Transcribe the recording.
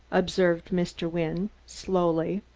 observed mr. wynne slowly,